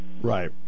Right